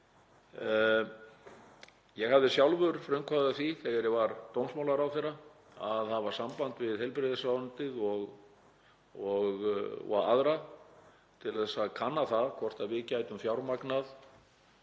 Ég hafði sjálfur frumkvæði að því þegar ég var dómsmálaráðherra að hafa samband við heilbrigðisráðuneytið og aðra til að kanna það hvort við gætum fjármagnað